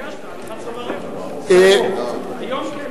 היום כן,